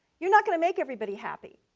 you're not going to make everybody happy